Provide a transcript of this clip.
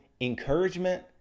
encouragement